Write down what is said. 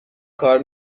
کار